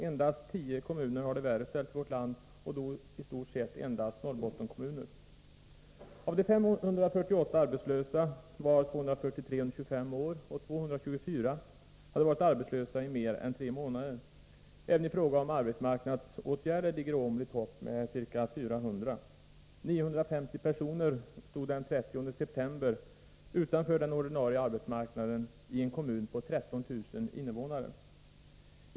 Endast tio kommuner har det värre ställt i vårt land, och då i stort sett endast Norrbottenskommuner. Av de 548 arbetslösa var 243 under 25 år, och 224 hade varit arbetslösa i mer än tre månader. Även i fråga om arbetsmarknadsåtgärder ligger Åmål i topp med ca 400. Den 30 september stod 950 personer utanför den ordinarie arbetsmarknaden i en kommun på 13 000 invånare.